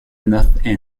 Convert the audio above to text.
north